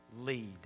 lead